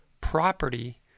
property